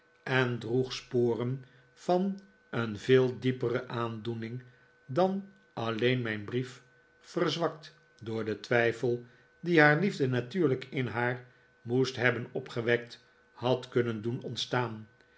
en droeg sporen van een veel diepere aandoening dan alleen mijn brief verzwakt door den twijfel dien haar liefde natuurlijk in haar moest hebben opgewekt had kunnen doen ontstaan